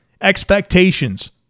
expectations